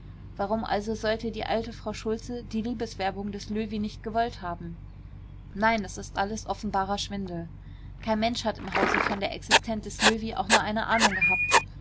warum also sollte die alte frau schultze die liebeswerbung des löwy nicht gewollt haben nein das ist alles offenbarer schwindel kein mensch hat im hause von der existenz des löwy auch nur eine ahnung gehabt